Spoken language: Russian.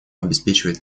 обеспечивает